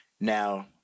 Now